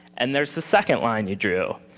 and there's the second line you drew.